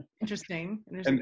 interesting